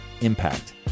impact